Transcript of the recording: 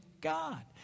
God